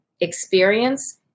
experience